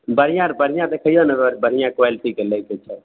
बढ़िआँ बढ़िआँ देखियौ ने बढ़िआँ क्वालिटीके लैके छै